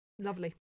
Lovely